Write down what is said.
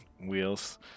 Wheels